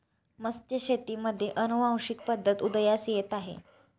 मत्स्यशेतीमध्ये अनुवांशिक पद्धत उदयास येत आहे